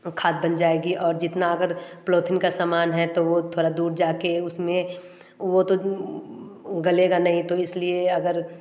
खाद बन जाएगी और जितना अगर प्लोथिन का समान है तो वो थोड़ा दूर जाके उसमें वो तो गलेगा नहीं तो इसलिए अगर